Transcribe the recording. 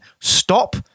stop